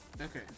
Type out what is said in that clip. okay